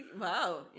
Wow